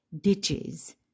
ditches